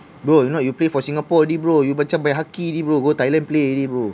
bro if not you play for singapore already bro you macam baihakki bro go thailand play already bro